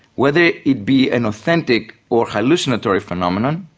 whether it be an authentic or hallucinatory phenomenon,